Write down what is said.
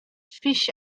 fish